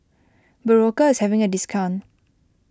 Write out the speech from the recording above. Berocca is having a discount